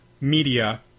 media